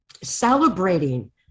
celebrating